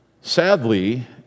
sadly